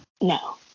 No